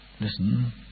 Listen